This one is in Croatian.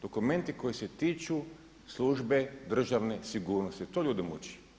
Dokumenti koji se tiču službe državne sigurnosti, to ljude muči.